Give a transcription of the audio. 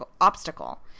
obstacle